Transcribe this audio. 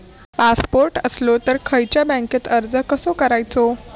Passport असलो तर खयच्या बँकेत अर्ज कसो करायचो?